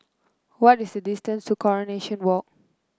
what is the distance to Coronation Walk